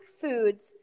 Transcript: foods